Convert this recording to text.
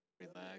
Relax